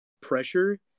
pressure